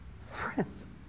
Friends